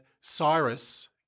Cyrus